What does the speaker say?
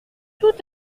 tout